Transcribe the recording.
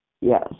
Yes